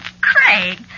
Craig